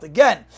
Again